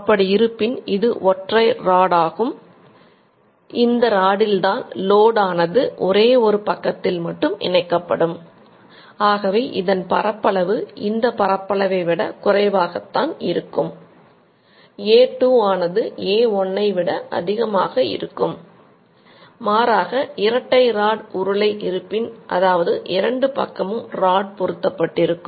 அப்படி இருப்பின் இது ஒற்றை ராட் பொருத்தப்பட்டிருக்கும்